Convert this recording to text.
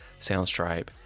Soundstripe